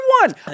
one